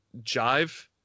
jive